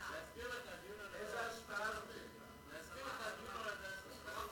להזכיר לך, הדיון הוא על "הדסה".